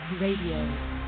RADIO